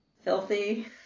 Filthy